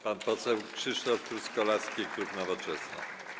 Pan poseł Krzysztof Truskolaski, klub Nowoczesna.